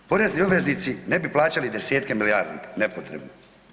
Porezni obveznici ne bi plaćali desetke milijardi nepotrebno.